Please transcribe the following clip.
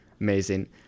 Amazing